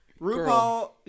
RuPaul